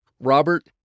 Robert